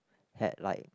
had like